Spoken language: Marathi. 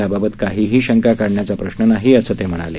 याबाबत काहीही शंका काढण्याचा प्रश्न नाही असं ते म्हणाले